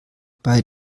bei